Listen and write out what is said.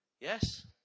Yes